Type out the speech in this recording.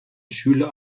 schüler